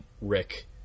rick